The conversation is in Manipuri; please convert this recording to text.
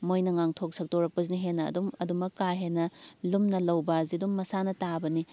ꯃꯣꯏꯅ ꯉꯥꯡꯊꯣꯛ ꯁꯛꯇꯣꯔꯛꯄꯁꯤꯅ ꯍꯦꯟꯅ ꯑꯗꯨꯝ ꯑꯗꯨꯝꯃꯛ ꯀꯥ ꯍꯦꯟꯅ ꯂꯨꯝꯅ ꯂꯩꯕ ꯍꯥꯏꯁꯤ ꯑꯗꯨꯝ ꯃꯁꯥꯅ ꯇꯥꯕꯅꯤ